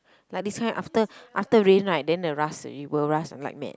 like this kind after after rain right then the rust it will rust like mad